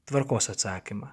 tvarkos atsakymą